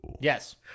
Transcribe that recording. Yes